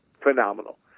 phenomenal